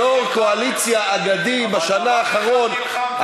יושב-ראש קואליציה אגדי בשנה האחרונה,